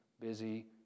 busy